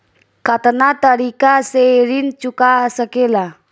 कातना तरीके से ऋण चुका जा सेकला?